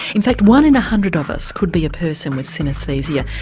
in fact one in a hundred of us could be a person with synesthesia,